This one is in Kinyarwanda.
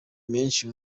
menshi